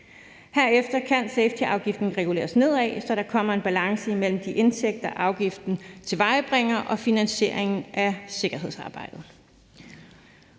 Herefter kan safetyafgiften reguleres nedad, så der kommer en balance imellem de indtægter, afgiften tilvejebringer, og finansieringen af sikkerhedsarbejdet.